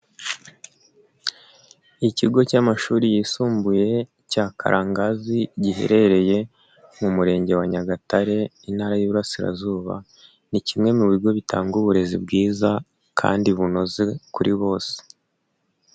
Ikigo cy'amashuri yisumbuye cya Karangazi giherereye mu murenge wa Nyagatare Intara y'Iburasirazuba, ni kimwe mu bigo bitanga uburezi bwiza kandi bunoze kuri bose.